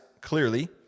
clearly